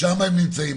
שם הם נמצאים.